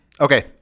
Okay